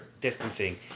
distancing